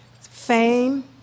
fame